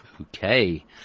Okay